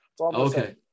Okay